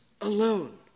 alone